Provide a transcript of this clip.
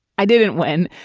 i didn't win.